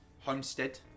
homestead